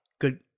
Good